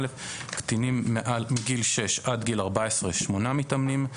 קטינים מגיל 6 עד גיל 14 - 8 מתאמנים,